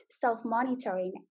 self-monitoring